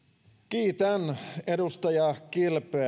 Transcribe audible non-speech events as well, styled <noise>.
kiitän edustaja kilpeä <unintelligible>